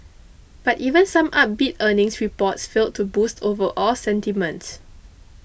but even some upbeat earnings reports failed to boost overall sentiment